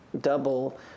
double